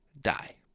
die